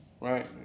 Right